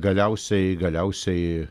galiausiai galiausiai